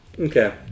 Okay